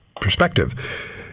perspective